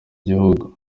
gihugu